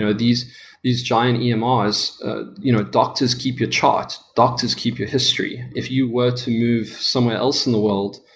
so these these giant yeah um emrs, you know doctors keep your charts, doctors keep your history. if you were to move somewhere else in the world,